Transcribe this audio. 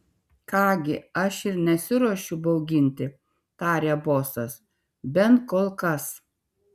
ką gi aš ir nesiruošiu bauginti tarė bosas bent kol kas